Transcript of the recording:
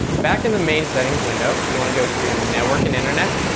back in the main settings window yeah and go to network and internet,